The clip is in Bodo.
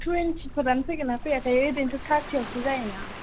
टुवेन्टिफोरानो फैगोन ना फैया थाय ओरैनोथ' थार्टिआवसो जायोना